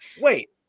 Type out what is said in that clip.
Wait